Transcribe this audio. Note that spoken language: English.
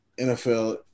NFL